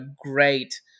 great